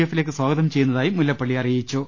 എഫിലേക്ക് സ്വാഗതം ചെയ്യുന്നതായി മുല്ലപ്പള്ളി അറിയിച്ചു